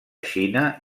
xina